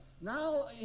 Now